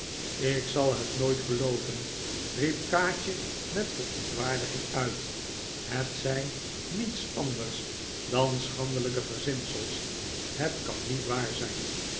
ik zal het nooit gelooven riep kaatje met verontwaardiging uit het zijn niets anders dan schandelijke verzinsels het kan niet waar zijn